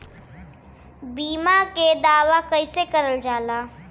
बीमा के दावा कैसे करल जाला?